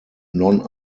non